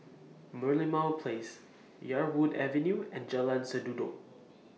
Merlimau Place Yarwood Avenue and Jalan Sendudok